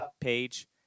Page